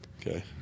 Okay